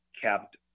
kept